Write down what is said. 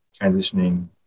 transitioning